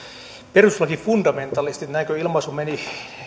perustuslakifundamentalistit näinkö ilmaisu meni